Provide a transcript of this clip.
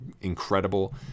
incredible